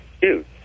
Dude